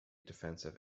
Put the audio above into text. defensive